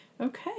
okay